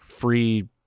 free